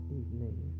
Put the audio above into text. evening